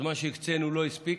הזמן שהקצינו לא הספיק.